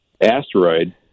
asteroid